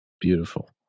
Beautiful